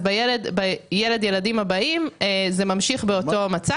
אז בילד/ים הבאים זה ממשיך באותו מצב.